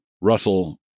Russell